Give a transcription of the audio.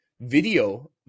video